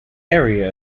area